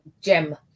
gem